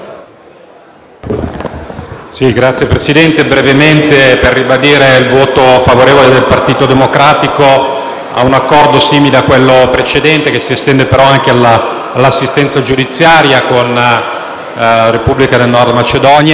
intervengo brevemente per ribadire il voto favorevole del Partito Democratico su un accordo simile a quello precedente, che si estende però anche all'assistenza giudiziaria con la Repubblica del Nord Macedonia.